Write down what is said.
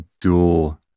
dual